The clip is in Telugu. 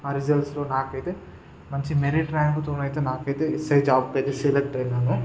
ఆ రిజల్స్లో నాకైతే మంచి మెరిట్ ర్యాంక్తో నాకయితే ఎస్ఐ జాబ్ కయితే సెలెక్ట్ అయినాను